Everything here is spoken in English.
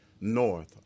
North